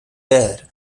there